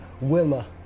Wilma